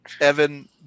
Evan